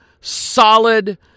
solid